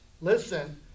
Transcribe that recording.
listen